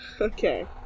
Okay